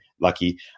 lucky